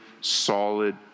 solid